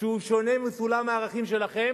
שהוא שונה מסולם הערכים שלכם